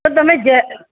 તો તમે ઘે